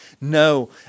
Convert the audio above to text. No